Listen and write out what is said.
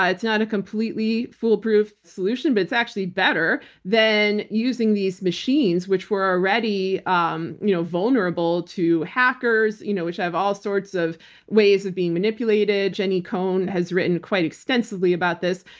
ah it's not a completely foolproof solution, but it's actually better than using these machines, which were already um you know vulnerable to hackers, you know which have all sorts of ways of being manipulated. jenny cohn has written quite extensively about this.